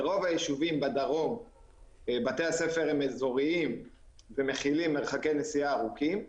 ברוב הישובים בדרום בתי הספר הם אזוריים ואליהם יש מרחקי נסיעה מרוחקים.